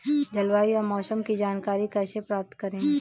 जलवायु या मौसम की जानकारी कैसे प्राप्त करें?